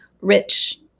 rich